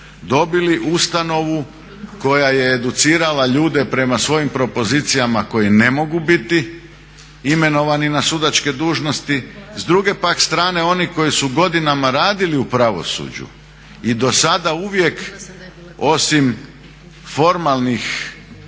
dobili ustanovu koja je educirala ljude prema svojim propozicijama koje ne mogu biti imenovani na sudačke dužnosti. S druge pak strane oni koji su godinama radili u pravosuđu i do sada uvijek osim formalnih